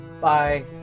bye